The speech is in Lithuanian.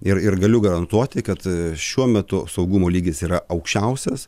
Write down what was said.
ir ir galiu garantuoti kad šiuo metu saugumo lygis yra aukščiausias